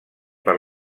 per